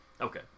Okay